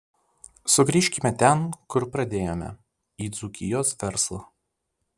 sugrįžkime ten kur pradėjome į dzūkijos verslą